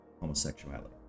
homosexuality